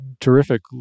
terrific